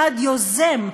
צעד יוזם,